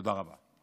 תודה רבה.